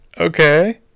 Okay